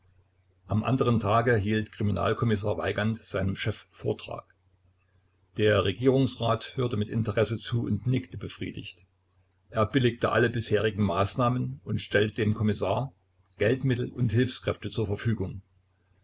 am anderen tage hielt kriminalkommissar weigand seinem chef vortrag der regierungsrat hörte mit interesse zu und nickte befriedigt er billigte alle bisherigen maßnahmen und stellte dem kommissar geldmittel und hilfskräfte zur verfügung